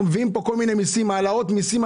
אנחנו מביאים לוועדה הזאת כל מיני העלאות מיסים.